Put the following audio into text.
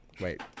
Wait